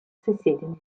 соседями